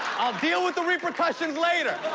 i'll deal with the repercussions later.